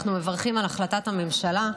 אנחנו מברכים על החלטת הממשלה.